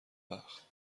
بدبخت